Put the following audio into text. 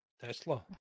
Tesla